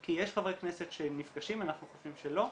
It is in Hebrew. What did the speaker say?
כי יש חברי כנסת שנפגשים, אנחנו חושבים שלא,